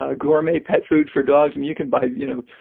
ah gourmet pet food for dogs i mean, you can buy, you know,